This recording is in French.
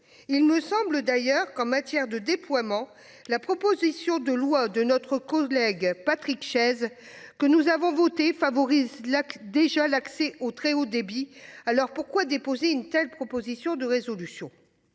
Il me semble d'ailleurs qu'en matière de déploiement, la proposition de loi de notre collègue Patrick Chaize que nous avons voté favorise la déjà l'accès au très haut débit. Alors pourquoi déposer une telle proposition de résolution.